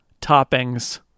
toppings